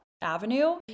avenue